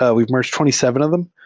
ah we merged twenty seven of them.